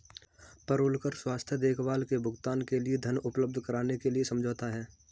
payroll कर स्वास्थ्य देखभाल के भुगतान के लिए धन उपलब्ध कराने के लिए समझौता है